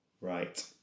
right